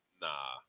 Nah